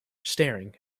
staring